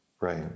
Right